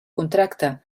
contracte